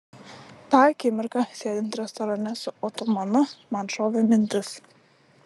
tą akimirką sėdint restorane su otomanu man šovė mintis